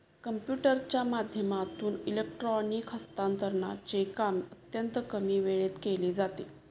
कम्प्युटरच्या माध्यमातून इलेक्ट्रॉनिक हस्तांतरणचे काम अत्यंत कमी वेळात केले जाते